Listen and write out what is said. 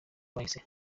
yahise